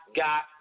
got